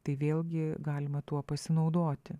tai vėlgi galima tuo pasinaudoti